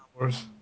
hours